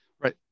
Right